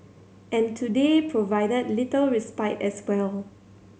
and today provided little respite as well